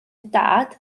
dad